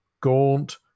gaunt